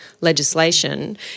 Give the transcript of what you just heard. legislation